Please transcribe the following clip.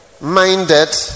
minded